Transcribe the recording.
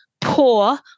poor